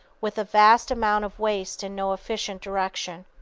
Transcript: with a vast amount of waste and no efficient direction.